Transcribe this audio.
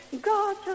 God